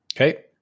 Okay